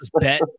bet